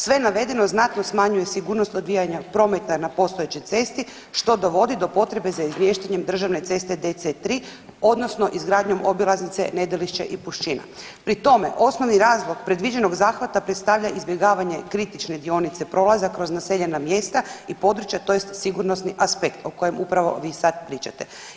Sve navedeno znatno smanjuje sigurnost odvijanja prometa na postojećoj cesti što dovodi do potrebe za izmještanjem državne ceste DC3 odnosno izgradnjom obilaznice Nedelišća i Puščina, pri tome osnovni razlog predviđenog zahvata predstavlja izbjegavanje kritične dionice prolaza kroz naseljena mjesta i područje tj. sigurnosni aspekt o kojem upravo vi sad pričate.